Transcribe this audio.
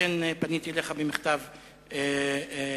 ולכן פניתי אליך במכתב ישיר.